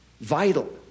vital